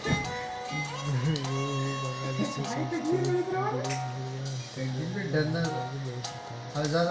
ಗಣಿಗಲು ಹೂ ಬಾಂಗ್ಲಾದೇಶ ಸಂಸ್ಕೃತಿಲಿ ಬಿಳಿ ಹೂಗಳು ಅಂತ್ಯಕ್ರಿಯೆಯ ಭಾಗ್ವಾಗಿ ಬಳುಸ್ತಾರೆ